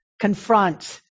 confront